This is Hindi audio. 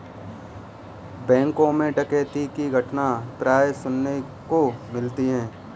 बैंकों मैं डकैती की घटना प्राय सुनने को मिलती है